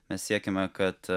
mes siekiame kad